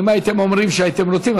אם הייתם אומרים שאתם רוצים,